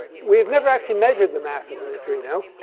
we've never actually measured the mass of a neutrino.